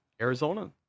Arizona